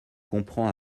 comprend